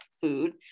food